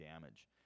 damage